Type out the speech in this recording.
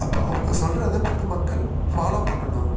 அப்போது அவங்க சொல்கிறத பொதுமக்கள் ஃபாலோவ் பண்ணணும்